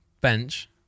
bench